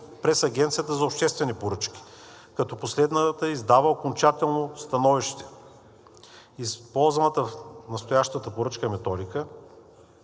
през Агенцията по обществени поръчки, като последната издава окончателно становище. Използваната в настоящата поръчка методика